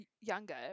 younger